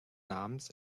namens